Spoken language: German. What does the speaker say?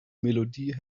melodie